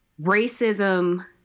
racism